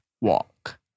walk